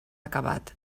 acabat